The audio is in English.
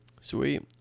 sweet